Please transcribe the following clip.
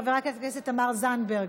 חברת הכנסת תמר זנדברג,